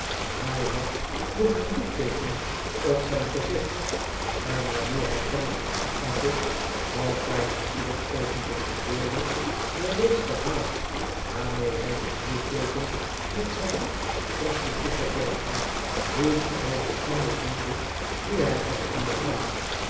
hij had nog een litteeken op zijn gezicht en wanneer hij kennissen ontmoette wat bijna ieder oogenblik gebeurde bewees de haast waarmee hij dit litteeken met zijn hand trachtte te verbergen hoe diep hij de schande voelde die hij had ondergaan